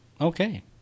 okay